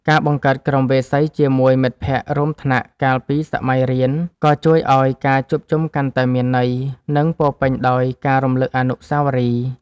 ការបង្កើតក្រុមវាយសីជាមួយមិត្តភក្តិរួមថ្នាក់កាលពីសម័យរៀនក៏ជួយឱ្យការជួបជុំកាន់តែមានន័យ និងពោរពេញដោយការរំលឹកអនុស្សាវរីយ៍។